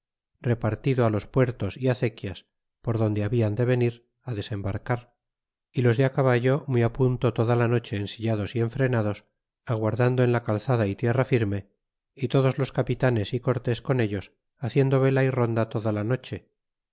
repartido á los puertos é azequias por donde hablan de venir á desembarcar y los de caballo muy á punto toda la noche ensillados y enfrenados aguardando en la calzada y tierra firme y todos los capitanes y cortés con ellos haciendo vela y ronda toda la noche